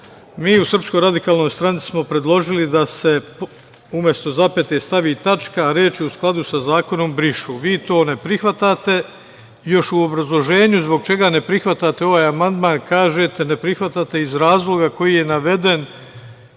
sa zakonom. Mi u SRS smo predložili da se umesto zapete stavi tačka, reči - u skladu sa zakonom brišu. Vi to ne prihvatate i još u obrazloženju zbog čega ne prihvatate ovaj amandman kažete – ne prihvatate iz razloga koji je naveden